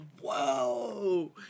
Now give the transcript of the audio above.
Whoa